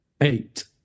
Eight